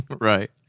Right